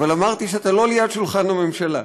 אבל אמרתי שאתה לא ליד שולחן הממשלה,